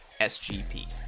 SGP